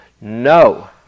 No